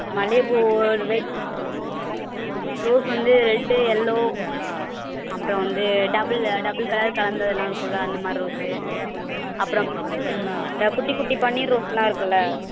மல்லிகை பூ ஒரு ரெட் ரெட் ரோஸ் வந்து ரெட்டு எல்லோவ் அப்புறம் வந்து டபுள்லு டபுள் கலர் கலந்ததுலாம் இருக்கும்ல அந்த மாதிரி ரோஸு அப்புறம் ம் இந்த குட்டி குட்டி பன்னீர் ரோஸ் எல்லாம் இருக்கும்ல